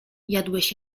jadłeś